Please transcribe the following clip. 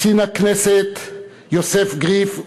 קצין הכנסת יוסף גריף,